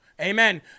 Amen